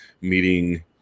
meeting